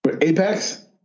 Apex